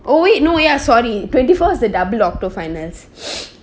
wait no ya sorry twenty four is the double octo finals